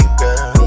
girl